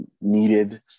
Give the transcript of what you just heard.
needed